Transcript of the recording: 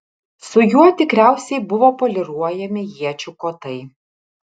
su juo tikriausiai buvo poliruojami iečių kotai